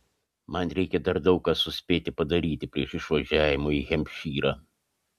man reikia dar daug ką suspėti padaryti prieš išvažiavimą į hempšyrą